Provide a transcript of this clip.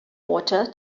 water